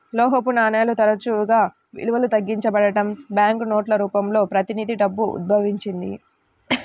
లోహపు నాణేలు తరచుగా విలువ తగ్గించబడటం, బ్యాంకు నోట్ల రూపంలో ప్రతినిధి డబ్బు ఉద్భవించింది